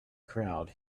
crowd